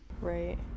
right